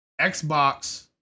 Xbox